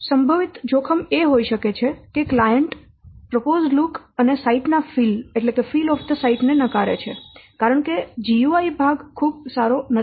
સંભવિત જોખમ એ હોઈ શકે છે કે ક્લાયંટ પ્રપોઝ લુક અને સાઇટ ના ફીલ ને નકારે છે કારણ કે GUI ભાગ ખૂબ સારો નથી